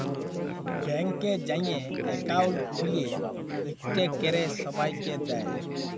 ব্যাংকে যাঁয়ে একাউল্ট খ্যুইলে ইকট ক্যরে ছবাইকে দেয়